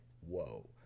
whoa